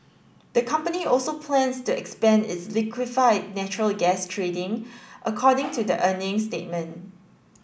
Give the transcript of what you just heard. the company also plans to expand its liquefied natural gas trading according to the earnings statement